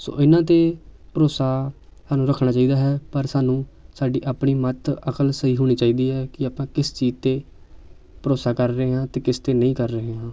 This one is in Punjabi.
ਸੋ ਇਹਨਾਂ 'ਤੇ ਭਰੋਸਾ ਸਾਨੂੰ ਰੱਖਣਾ ਚਾਹੀਦਾ ਹੈ ਪਰ ਸਾਨੂੰ ਸਾਡੀ ਆਪਣੀ ਮੱਤ ਅਕਲ ਸਹੀ ਹੋਣੀ ਚਾਹੀਦੀ ਹੈ ਕਿ ਆਪਾਂ ਕਿਸ ਚੀਜ਼ 'ਤੇ ਭਰੋਸਾ ਕਰ ਰਹੇ ਹਾਂ ਅਤੇ ਕਿਸ 'ਤੇ ਨਹੀਂ ਕਰ ਰਹੇ ਹਾਂ